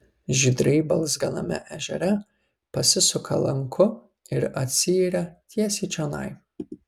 žydrai balzganame ežere pasisuka lanku ir atsiiria tiesiai čionai